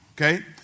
Okay